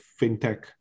fintech